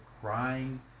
crying